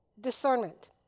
discernment